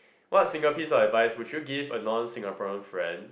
what single piece of advice would you give a non Singaporean friend